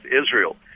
Israel